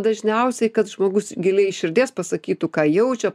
dažniausiai kad žmogus giliai iš širdies pasakytų ką jaučia